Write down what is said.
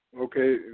Okay